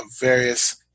various